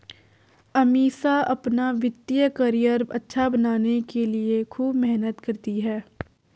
अमीषा अपना वित्तीय करियर अच्छा बनाने के लिए खूब मेहनत करती है